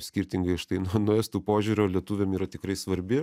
skirtingai štai nuo nuo estų požiūrio lietuviam yra tikrai svarbi